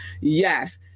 yes